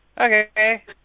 Okay